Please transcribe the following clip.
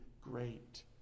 great